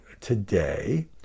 today